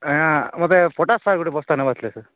ଆଜ୍ଞା ମୋତେ ପଟାସ୍ ସାର ଗୋଟେ ବସ୍ତା ନବାର ଥିଲା ସାର୍